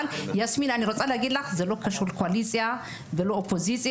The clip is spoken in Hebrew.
ויסמין אני רוצה לומר לך שזה לא קשור לקואליציה או אופוזיציה.